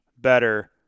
better